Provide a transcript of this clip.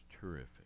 terrific